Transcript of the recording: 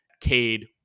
Cade